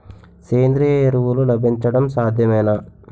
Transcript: సేంద్రీయ ఎరువులు లభించడం సాధ్యమేనా?